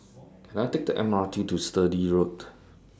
Can I Take A M R T to Sturdee Road